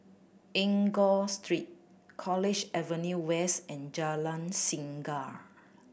Enggor Street College Avenue West and Jalan Singa